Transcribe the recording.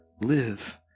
live